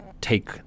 take